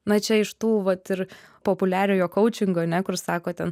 na čia iš tų vat ir populiariojo kaučingo ane kur sako ten